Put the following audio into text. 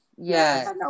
yes